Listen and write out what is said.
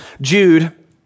Jude